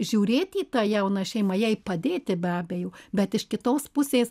žiūrėti į tą jauną šeimą jai padėti be abejo bet iš kitos pusės